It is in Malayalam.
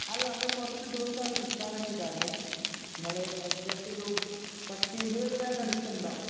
അല്ല നമ്മള് കുറച്ച് ദിവസം അവിടെ നില്ക്കാൻ വേണ്ടിയിട്ടാണ് നമ്മള് ഏകദേശമൊരു പത്ത് ഇരുപത് പേരുടെ അടുത്തുണ്ടാകും